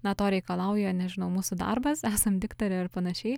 na to reikalauja nežinau mūsų darbas esam diktoriai ar panašiai